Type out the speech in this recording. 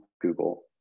Google